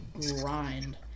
grind